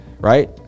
right